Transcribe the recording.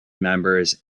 members